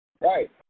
Right